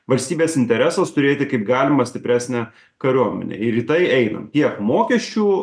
valstybės interesas turėti kaip galima stipresnę kariuomenę ir į tai einam tiek mokesčių